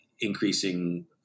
increasing